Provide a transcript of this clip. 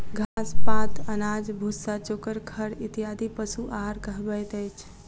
घास, पात, अनाज, भुस्सा, चोकर, खड़ इत्यादि पशु आहार कहबैत अछि